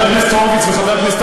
חבר הכנסת הורוביץ וחבר הכנסת